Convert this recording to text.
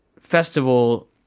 festival